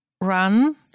run